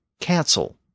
cancel